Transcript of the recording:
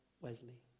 Wesley